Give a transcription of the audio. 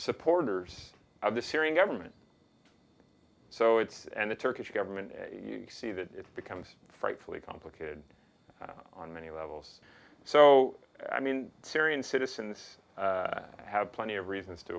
supporters of the syrian government so it's and the turkish government you see that it's become so frightfully complicated on many levels so i mean syrian citizens have plenty of reasons to